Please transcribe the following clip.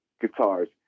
guitars